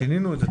שינינו את זה.